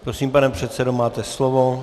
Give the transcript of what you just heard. Prosím, pane předsedo, máte slovo.